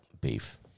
Beef